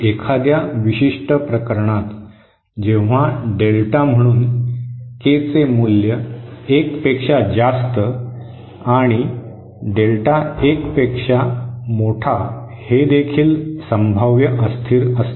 एखाद्या विशिष्ट प्रकरणात जेव्हा डेल्टा म्हणून के चे मूल्य एक पेक्षा जास्त आणि डेल्टा 1 पेक्षा मोठा हे देखील संभाव्य अस्थिर असते